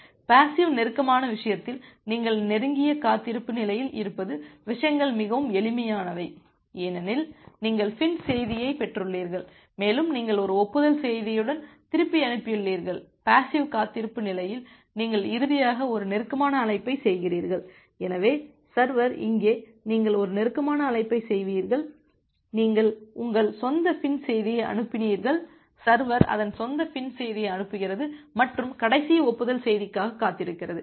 passive நெருக்கமான விஷயத்தில் நீங்கள் நெருங்கிய காத்திருப்பு நிலையில் இருப்பது விஷயங்கள் மிகவும் எளிமையானவை ஏனெனில் நீங்கள் FIN செய்தியைப் பெற்றுள்ளீர்கள் மேலும் நீங்கள் ஒரு ஒப்புதல் செய்தியுடன் திருப்பி அனுப்பியுள்ளீர்கள் பேசிவ் காத்திருப்பு நிலையில் நீங்கள் இறுதியாக ஒரு நெருக்கமான அழைப்பை செய்கிறீர்கள் எனவே சர்வர் இங்கே நீங்கள் ஒரு நெருக்கமான அழைப்பை செய்கிறீர்கள் நீங்கள் உங்கள் சொந்த FIN செய்தியை அனுப்பினீர்கள் சர்வர் அதன் சொந்த FIN செய்தியை அனுப்புகிறது மற்றும் கடைசி ஒப்புதல் செய்திக்காக காத்திருக்கிறது